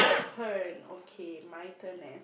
my turn okay my turn then